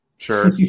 Sure